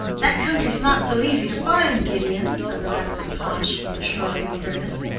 that country's not so easy to find, gideon, said the rapid pash, with a shrug and grimace.